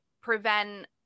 prevent